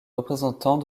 représentants